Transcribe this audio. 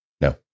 No